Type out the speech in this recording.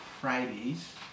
Fridays